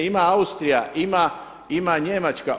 Ima Austrija, ima Njemačka.